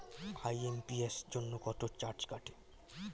IMPS জন্য কত charge কাটে?